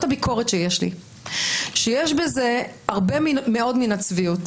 הביקורת שיש לי - יש בזה הרבה מאוד מן הצביעות